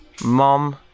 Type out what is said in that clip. Mom